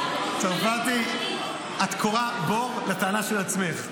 --- צרפתי, את כורה בור לטענה של עצמך.